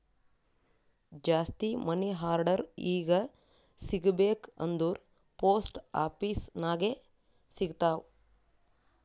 ಜಾಸ್ತಿ money order ಈಗ ಸಿಗಬೇಕ ಅಂದುರ್ ಪೋಸ್ಟ್ ಆಫೀಸ್ ನಾಗೆ ಸಿಗ್ತಾವ್